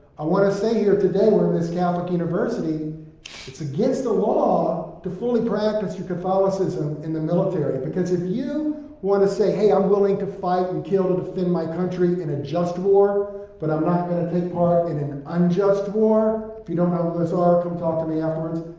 i wanna say here today, we're in this catholic university it's against the law to fully practice your catholicism in the military because if you wanna say, hey, i'm willing to fight and kill to defend my country in a just war, but i'm not gonna take part in in an unjust war if you don't know what those are, come talk to me afterwards